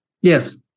Yes